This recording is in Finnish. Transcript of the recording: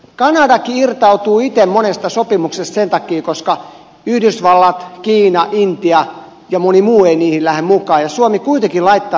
kanadakin irtautuu itse monesta sopimuksesta sen takia koska yhdysvallat kiina intia ja moni muu ei niihin lähde mukaan mutta suomi kuitenkin laittaa sinne rahaa